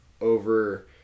over